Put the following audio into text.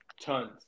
Tons